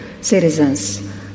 citizens